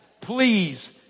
Please